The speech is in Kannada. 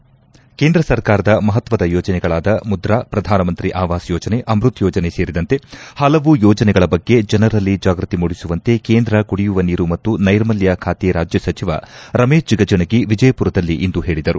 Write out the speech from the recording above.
ಹನುಮಂತ್ ಕೇಂದ್ರ ಸರ್ಕಾರದ ಮಹತ್ವದ ಯೋಜನೆಗಳಾದ ಮುದ್ರಾ ಪ್ರಧಾನ ಮಂತ್ರಿ ಆವಾಸ್ ಯೋಜನೆ ಅಮೃತ್ ಯೋಜನೆ ಸೇರಿದಂತೆ ಹಲವು ಯೋಜನೆಗಳ ಬಗ್ಗೆ ಜನರಲ್ಲಿ ಜಾಗೃತಿ ಮೂಡಿಸುವಂತೆ ಕೇಂದ್ರ ಕುಡಿಯುವ ನೀರು ಮತ್ತು ನೈರ್ಮಲ್ಯ ಖಾತೆ ರಾಜ್ಯ ಸಚಿವ ರಮೇಶ ಜಿಗಜಿಣಗಿ ವಿಜಯಪುರದಲ್ಲಿಂದು ಹೇಳಿದರು